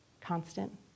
constant